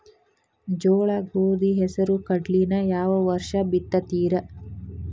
ಜೋಳ, ಗೋಧಿ, ಹೆಸರು, ಕಡ್ಲಿನ ಯಾವ ವರ್ಷ ಬಿತ್ತತಿರಿ?